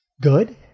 Good